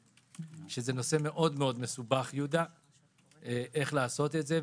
שזה נושא מאוד מאוד מסובך לעשות את זה.